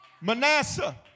Manasseh